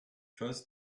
first